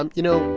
um you know,